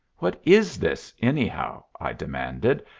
what is this anyhow? i demanded,